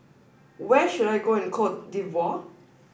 where should I go in Cote d'Ivoire